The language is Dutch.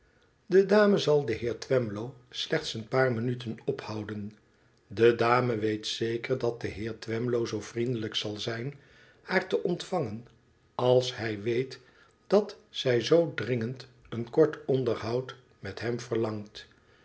de dame zal den heer twemlow slechts een paar minuten ophouden de dame weet zeker dat de heer twemlow zoo vriendelijk zal zijn haar te ontvangen als hij weet dat zij zoo dringend een kort onderhoud met hem verlangt